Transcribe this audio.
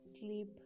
sleep